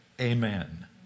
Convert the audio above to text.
amen